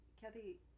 Kathy